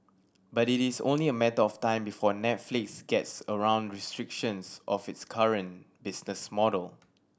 but it is only a matter of time before Netflix gets around restrictions of its current business model